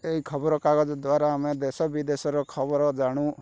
ଏଇ ଖବର କାଗଜ ଦ୍ୱାରା ଆମେ ଦେଶ ବିଦେଶର ଖବର ଜାଣୁ